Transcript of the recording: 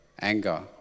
anger